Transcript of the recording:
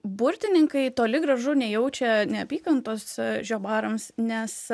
burtininkai toli gražu nejaučia neapykantos žiobarams nes